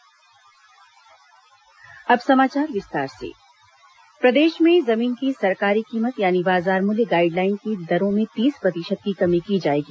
cabinet निर्णय प्रदेश में जमीन की सरकारी कीमत यानी बाजार मूल्य गाइड लाइन की दरों में तीस प्रतिशत की कमी की जाएगी